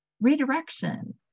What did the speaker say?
redirection